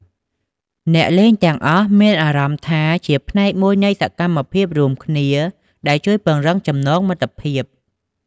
អ្នកលេងទាំងអស់មានអារម្មណ៍ថាជាផ្នែកមួយនៃសកម្មភាពរួមគ្នា ដែលជួយពង្រឹងចំណងមិត្តភាព។